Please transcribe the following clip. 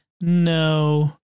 no